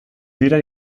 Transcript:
dira